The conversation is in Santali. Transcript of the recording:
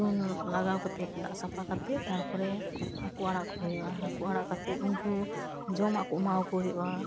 ᱞᱟᱜᱟᱣ ᱠᱟᱛᱮᱫ ᱫᱟᱜ ᱥᱟᱯᱷᱟ ᱠᱟᱛᱮᱫ ᱛᱟᱨᱯᱚᱨᱮ ᱦᱟᱹᱠᱩ ᱟᱲᱟᱜ ᱠᱚ ᱦᱩᱭᱩᱜᱼᱟ ᱦᱟᱹᱠᱩ ᱟᱲᱟᱜ ᱠᱟᱛᱮᱫ ᱩᱱᱠᱩ ᱡᱚᱢᱟᱜ ᱠᱚ ᱮᱢᱟᱣᱟᱠᱚ ᱦᱩᱭᱩᱜᱼᱟ